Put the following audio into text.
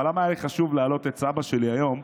אבל למה היה לי חשוב להעלות את סבא שלי היום?